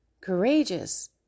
courageous